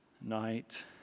night